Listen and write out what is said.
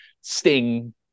sting